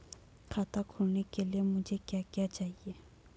खाता खोलने के लिए मुझे क्या क्या चाहिए?